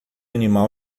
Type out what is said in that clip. animal